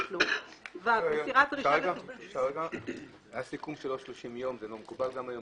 לתשלום)." הסיכום של "בתוך 30 ימים" לא מקובל.